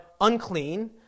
unclean